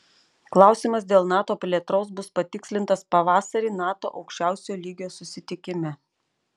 klausimas dėl nato plėtros bus patikslintas pavasarį nato aukščiausio lygios susitikime